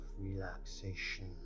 relaxation